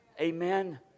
Amen